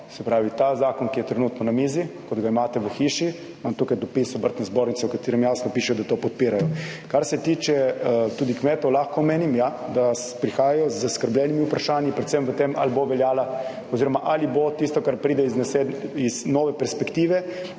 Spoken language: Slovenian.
se pravi, ta zakon, ki je trenutno na mizi, kot ga imate v hiši - imam tukaj dopis Obrtne zbornice, v katerem jasno piše, da to podpirajo. Kar se tiče tudi kmetov, lahko omenim, da prihajajo z zaskrbljenimi vprašanji, predvsem v tem, ali bo veljala oziroma ali bo tisto, kar pride iz nas, iz nove perspektive,